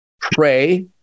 pray